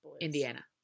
Indiana